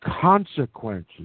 consequences